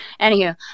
anywho